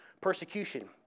persecution